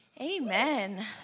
Amen